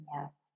Yes